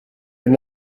wenn